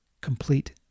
complete